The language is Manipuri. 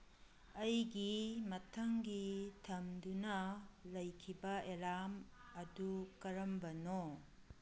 ꯑꯩꯒꯤ ꯃꯊꯪꯒꯤ ꯊꯝꯗꯨꯅ ꯂꯩꯈꯤꯕ ꯑꯦꯂꯥꯔꯝ ꯑꯗꯨ ꯀꯔꯝꯕꯅꯣ